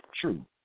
true